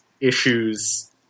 issues